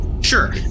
Sure